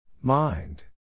Mind